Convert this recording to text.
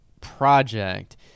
project